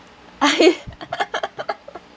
I